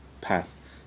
path